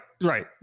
right